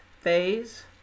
phase